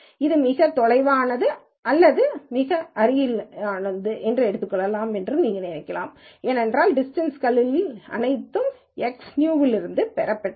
இது மிகத் தொலைவானதில் இருந்து மிக நெருக்கமானது வரை எடுக்கப்பட்டுள்ளது என்றும் நீங்கள் நினைக்கலாம் ஏனென்றால் டிஸ்டன்ஸ் கள் அனைத்தும் எக்ஸ்புதியவை இருந்து பெறப்பட்டவை